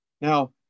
Now